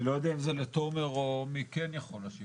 אני לא יודע אם לתומר או מי כן יכול להשיב.